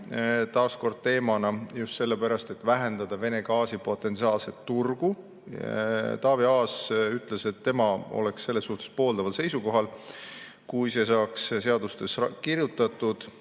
kasutamisest just sellepärast, et vähendada Vene gaasi potentsiaalset turgu. Taavi Aas ütles, et tema oleks selles suhtes pooldaval seisukohal, kui see saaks seadustesse kirjutatud.